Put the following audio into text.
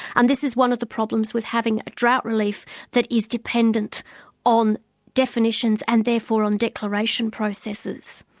and this is one of the problems with having drought relief that is dependent on definitions and therefore on declaration processes.